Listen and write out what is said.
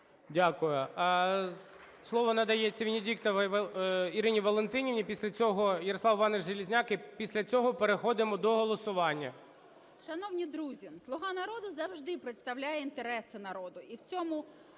Дякую. Слово надається Венедіктовій Ірині Валентинівні. Після цього - Ярослав Іванович Железняк, і після цього переходимо до голосування.